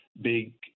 big